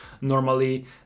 Normally